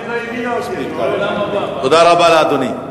היא באמת לא הבינה אותי, תודה רבה לאדוני.